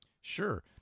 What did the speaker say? Sure